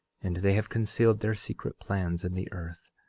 and they have concealed their secret plans in the earth.